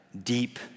deep